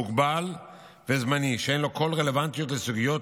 מוגבל וזמני שאין לו כל רלוונטיות לסוגיות